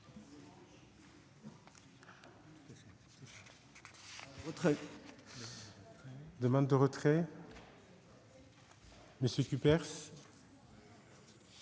demande le retrait